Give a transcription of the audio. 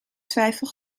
twijfel